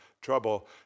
trouble